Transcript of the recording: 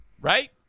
right